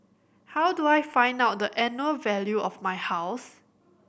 how do I find out the annual value of my house